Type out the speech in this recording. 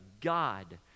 God